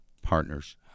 partners